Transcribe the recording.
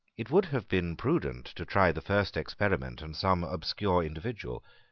it would have been prudent to try the first experiment on some obscure individual.